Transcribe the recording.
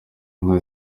inka